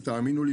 ותאמינו לי,